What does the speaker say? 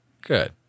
Good